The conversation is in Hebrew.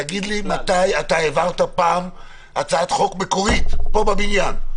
תגיד לי מתי אתה העברת פעם הצעת חוק מקורית פה בבניין?